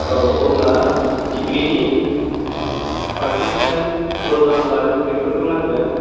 औ अब्ला दिग्रिनि पारसेनतेज रल नामबार बेफोरखौ नांगोन